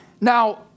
Now